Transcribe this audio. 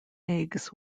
eggs